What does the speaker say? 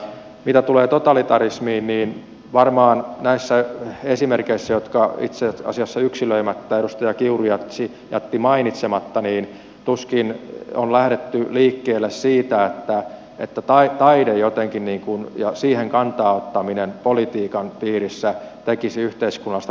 mitä tulee totalitarismiin niin näissä esimerkeissä jotka itse asiassa edustaja kiuru jätti yksilöimättä mainitsematta tuskin on lähdetty liikkeelle siitä että taide ja siihen kantaa ottaminen politiikan piirissä jotenkin tekisi yhteiskunnasta totalitäärisen